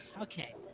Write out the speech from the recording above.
Okay